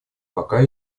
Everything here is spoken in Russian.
пока